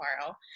tomorrow